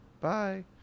Bye